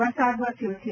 વરસાદ વરસ્યો છે